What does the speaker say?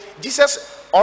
Jesus